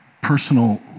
personal